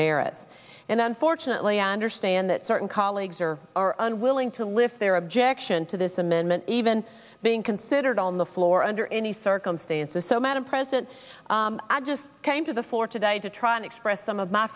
merits and unfortunately i understand that certain colleagues are unwilling to lift their objection to this amendment even being considered on the floor under any circumstances so madam president i just came to the floor today to try and express some of my